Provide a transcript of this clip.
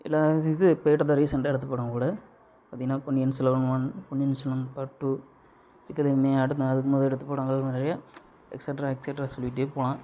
இல்லை இது இப்போ எடுத்த ரீசண்டாக எடுத்த படம் கூட பார்த்தீங்கனா Ponniyin Selvan one Ponniyin Selvan part two அடுத்து அதுக்கு முத எடுத்த படம் எக்ஸ்அட்ரா எக்ஸ்அட்ரா சொல்லிகிட்டே போகலாம்